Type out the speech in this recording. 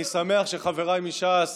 אני שמח שחבריי מש"ס